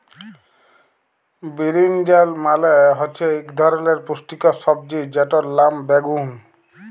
বিরিনজাল মালে হচ্যে ইক ধরলের পুষ্টিকর সবজি যেটর লাম বাগ্যুন